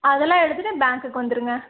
அதெல்லாம் எடுத்துகிட்டு பேங்க்குக்கு வந்துருங்க